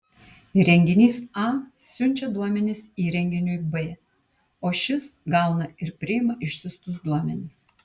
įrenginys a siunčia duomenis įrenginiui b o šis gauna ir priima išsiųstus duomenis